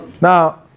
Now